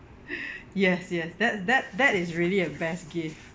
yes yes that that that is really a best gift